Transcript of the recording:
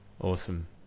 Awesome